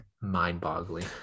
mind-boggling